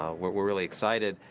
ah we're we're really excited,